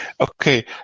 Okay